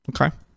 Okay